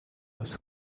was